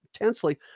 intensely